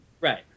right